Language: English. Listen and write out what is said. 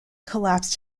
collapsed